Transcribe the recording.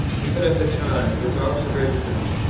even at the time, his observation,